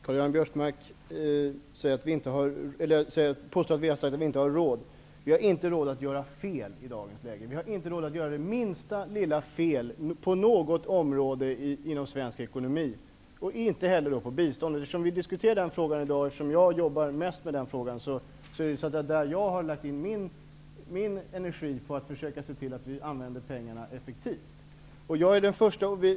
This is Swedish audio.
Herr talman! Karl-Göran Biörsmark påstår att vi har sagt att vi inte har råd. Vi har inte råd att göra fel i dagens läge. Vi har inte råd att göra det minsta lilla fel på något område inom svensk ekonomi och inte heller inom biståndsområdet. Eftersom vi diskuterar den frågan i dag och eftersom jag jobbar mest med den frågan, är det där som jag har lagt min energi för att försöka se till att vi använder pengarna effektivt.